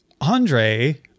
Andre